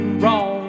wrong